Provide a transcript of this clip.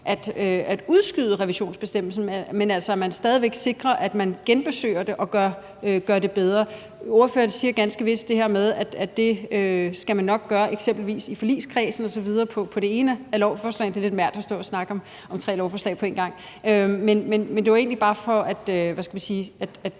at udskyde revisionsbestemmelsen, men at man altså stadig væk sikrer, at man genbesøger det og gør det bedre. Ordføreren siger ganske vist det her med, at det skal man nok gøre, eksempelvis i forligskredsen osv., i forhold til det ene af lovforslagene; det er lidt svært at stå og snakke om tre lovforslag på en gang. Men det var egentlig bare for at sige: